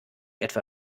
etwa